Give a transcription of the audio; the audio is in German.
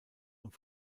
und